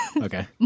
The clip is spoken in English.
Okay